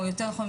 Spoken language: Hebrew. או יותר נכון,